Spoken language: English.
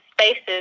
spaces